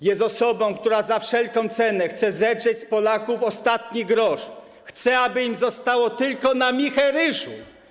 Jest osobą, która za wszelką cenę chce zedrzeć z Polaków ostatni grosz, chce, aby im zostało tylko na michę ryżu.